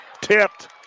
tipped